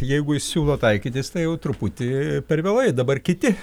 jeigu jis siūlo taikytis tai jau truputį per vėlai dabar kiti